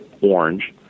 orange